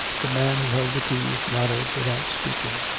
the man who held the keys nodded without speak ing.